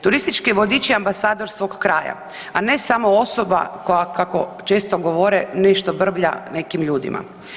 Turistički vodič je ambasador svog kraja, a ne samo osoba koja kako često govore nešto brblja nekim ljudima.